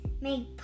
make